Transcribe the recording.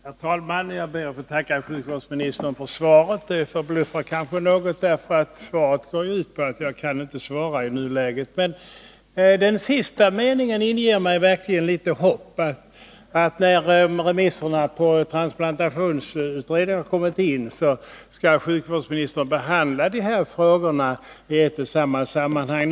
Herr talman! Jag ber att få tacka sjukvårdsministern för svaret. Det förbluffar kanske något, därför att det går ut på att hon inte kan svara i nuläget. Men den sista meningen inger mig litet hopp, nämligen att sjukvårdsministern, när remisserna beträffande transplantationsutredningen kommit in, skall behandla de här frågorna i ett sammanhang.